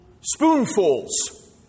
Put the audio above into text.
spoonfuls